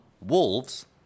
Wolves